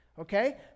Okay